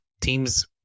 teams